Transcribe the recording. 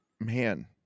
man